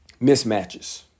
mismatches